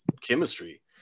chemistry